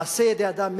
מעשה ידי אדם.